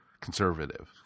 conservative